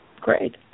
Great